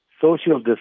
social